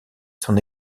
son